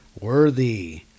Worthy